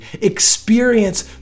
experience